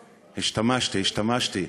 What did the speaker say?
השתמשתי.